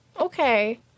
okay